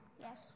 Yes